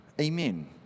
Amen